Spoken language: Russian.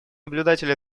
наблюдатель